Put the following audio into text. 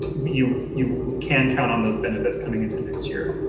you you can count on those benefits coming into next year.